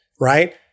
right